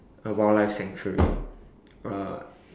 a wildlife sanctuary uh